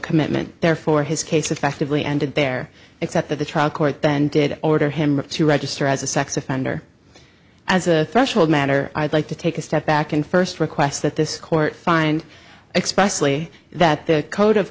commitment therefore his case affectively ended there except that the trial court then did order him to register as a sex offender as a threshold matter i'd like to take a step back and first request that this court find expressly that the code of